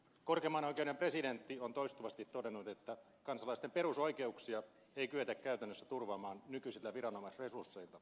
korkeimman oikeuden presidentti on toistuvasti todennut että kansalaisten perusoikeuksia ei kyetä käytännössä turvaamaan nykyisillä viranomaisresursseilla